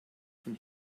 von